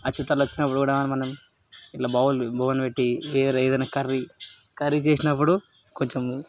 ఆ చుట్టాలు వచ్చినప్పుడు కూడా మనం ఇట్లా బౌల్ బగోన్ పెట్టి ఏదన్న కర్రీ కర్రీ చేసినప్పుడు కొంచం